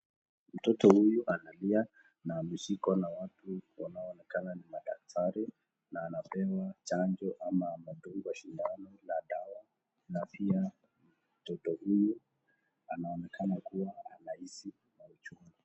Mtoto huyu analia na ameshikwa na watu wanaoonekana ni madaktari na anapewa chanjo ama anadungwa sindano la dawa na pia mtoto huyu anaonekana kuwa anahisi mauchungu .